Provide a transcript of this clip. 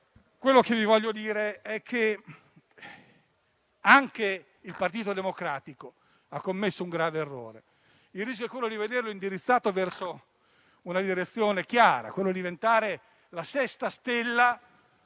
Quello che vi voglio dire è che anche il Partito Democratico ha commesso un grave errore. Il rischio è quello di vederlo indirizzato verso una direzione chiara: diventare la sesta stella